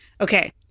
okay